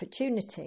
opportunity